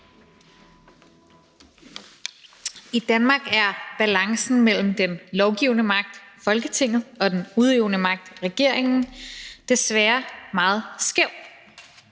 I Danmark er balancen mellem den lovgivende magt, Folketinget, og den udøvende magt, regeringen, desværre meget skæv.